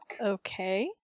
Okay